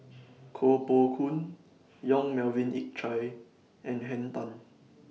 Koh Poh Koon Yong Melvin Yik Chye and Henn Tan